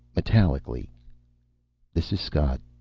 metallically this is scott.